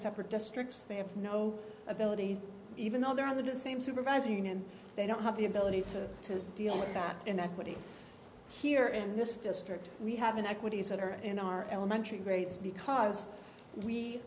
separate districts they have no ability even though they're on the same supervising and they don't have the ability to deal with that inequity here in this district we have in equities or in our elementary grades because we